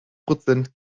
prozent